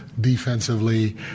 defensively